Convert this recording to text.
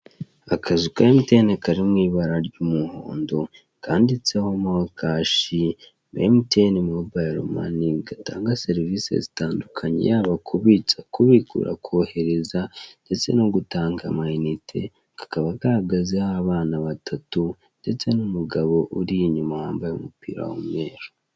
Akazu ka emutiyeni kari mu ibara ry'umuhondo kanditseho mokashi, emutiyeni mobayiro mani, gatanga serivise zitandukanye yaba kubitsa, kubikuza, kohereza, ndetse no gutanga amayinite kakaba gahagazeho abana batatu, ndetse n'umugabo uri inyuma wambaye umupira w'umweru.